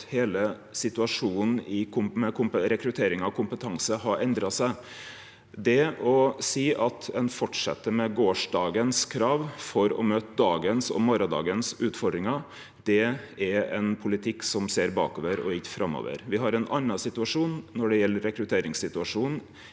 at heile situasjonen med rekruttering av kompetanse har endra seg. Det å seie at ein fortset med gårsdagens krav for å møte dagens og morgondagens utfordringar, er ein politikk som ser bakover og ikkje framover. Me har ein annan situasjon når det gjeld rekrutteringssituasjonen